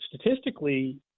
statistically